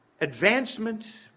advancement